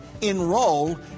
Enroll